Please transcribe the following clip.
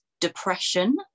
depression